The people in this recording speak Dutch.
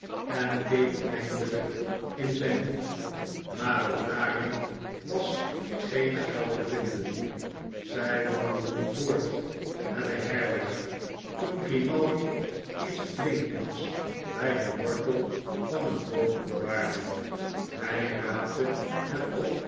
en keek eindelijk in zijn hoed maar ook daarin was geen geld te vinden zij wandelden voort naar de herberg toen grimaldi iets blinkends bij den wortel van een boom ontwaarde hij raapte het op